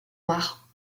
noire